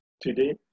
Today